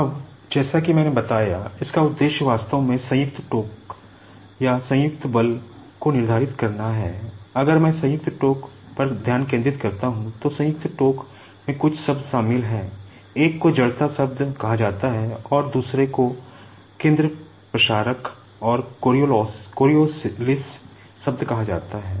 अब जैसा कि मैंने बताया इसका उद्देश्य वास्तव में जॉइंट टोक़ शब्द कहा जाता है